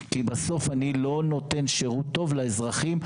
כי בסוף אני לא נותן שירות טוב לאזרחים,